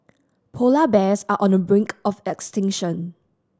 polar bears are on the brink of extinction